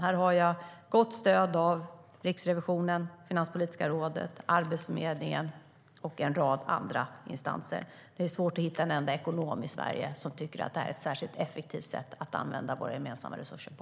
Här har jag gott stöd av Riksrevisionen, Finanspolitiska rådet, Arbetsförmedlingen och en rad andra instanser. Det är svårt att hitta en enda ekonom i Sverige som tycker att det här är ett särskilt effektivt sätt att använda våra gemensamma resurser på.